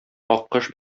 аккош